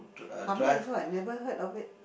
hummer is what never heard of it